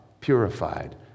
purified